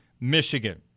Michigan